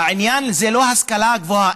העניין זה לא ההשכלה הגבוהה.